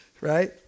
right